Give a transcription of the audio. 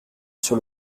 sur